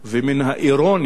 ומן האירוניה